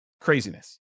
Craziness